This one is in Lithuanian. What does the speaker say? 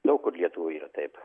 daug kur lietuvoj yra taip